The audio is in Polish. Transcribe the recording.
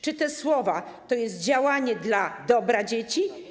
Czy te słowa to jest działanie dla dobra dzieci?